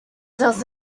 does